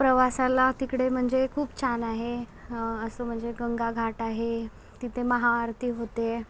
प्रवासाला तिकडे म्हणजे खूप छान आहे हं असं म्हणजे गंगाघाट आहे तिथे महाआरती होते